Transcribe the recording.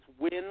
win